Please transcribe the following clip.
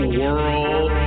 world